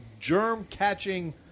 germ-catching